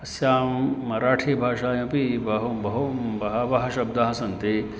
अस्यां मराठीभाषायां अपि बहु बहु बहवः शब्दाः सन्ति